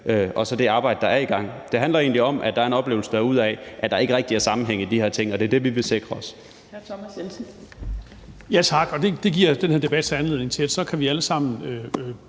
og så det arbejde, der er i gang. Det handler egentlig om, at der derude er en oplevelse af, at der ikke rigtig er sammenhæng i de her ting, og det er det, vi vil sikre at